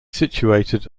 situated